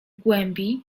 głębi